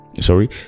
sorry